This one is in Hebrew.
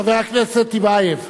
חבר הכנסת טיבייב.